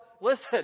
Listen